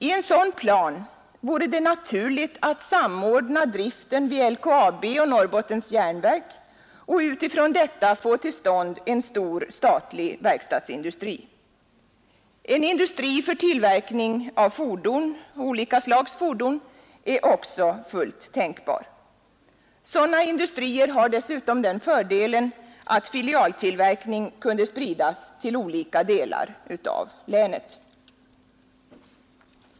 I en sådan plan vore det naturligt att samordna driften vid LKAB och Norrbottens Järnverk och utifrån detta få till stånd en stor statlig verkstadsindustri. En industri för tillverkning av olika slags fordon är också fullt tänkbar. Sådana industrier har dessutom den fördelen att filialtillverkning kan spridas till olika delar av länet.